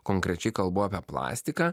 konkrečiai kalbu apie plastiką